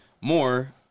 more